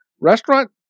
restaurant